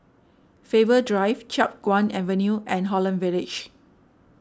Faber Drive Chiap Guan Avenue and Holland Village